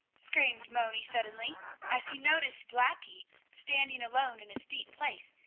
screamed moni suddenly, as he noticed blackie standing alone in a steep place,